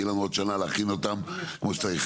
ותהיה לנו עוד שנה להכין אותם כמו שצריך.